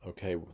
Okay